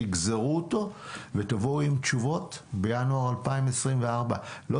תגזרו אותו ותבואו עם תשובות בינואר 2024. לא